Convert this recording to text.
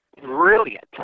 brilliant